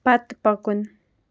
پتہٕ پکُن